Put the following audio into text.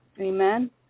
Amen